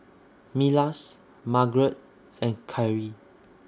Milas Margarett and Khiry